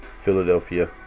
Philadelphia